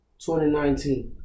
2019